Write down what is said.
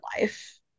life